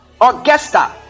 Augusta